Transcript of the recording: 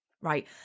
right